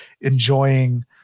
enjoying –